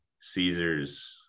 Caesars